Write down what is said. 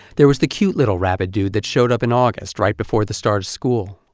there was the cute little rabid dude that showed up in august, right before the start of school.